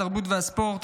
התרבות והספורט,